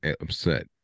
upset